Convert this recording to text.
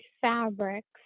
fabrics